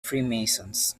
freemasons